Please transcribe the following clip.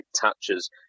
touches